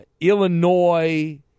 Illinois